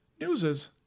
newses